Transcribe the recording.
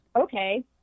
okay